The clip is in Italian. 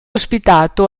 ospitato